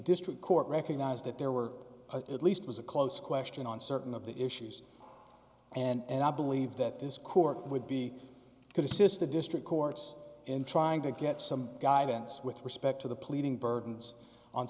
district court recognized that there were at least was a close question on certain of the issues and i believe that this court would be could assist the district courts in trying to get some guidance with respect to the pleading burdens on